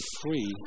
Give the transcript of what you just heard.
free